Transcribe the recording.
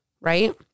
Right